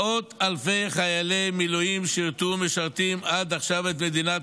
מאות אלפי חיילי מילואים שירתו ומשרתים עד עכשיו את מדינת